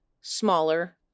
smaller